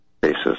basis